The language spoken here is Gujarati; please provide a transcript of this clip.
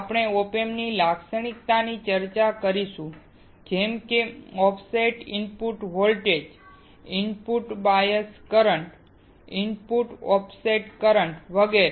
આપણે op amp ની લાક્ષણિકતાઓની પણ ચર્ચા કરીશું જેમ કે offset input voltage input bias current input offset current વગેરે